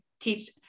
teach